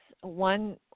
One